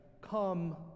come